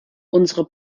unsere